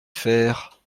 faire